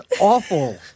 awful